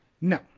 No